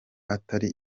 atari